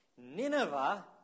Nineveh